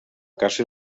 caça